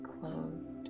closed